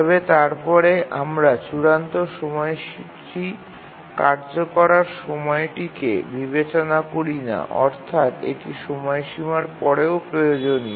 তবে তারপরে আমরা চূড়ান্ত সময়সূচী কার্যকর করার সময়টিকে বিবেচনা করি না অর্থাৎ এটি সময়সীমার পরেও প্রয়োজনীয়